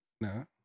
No